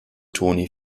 toni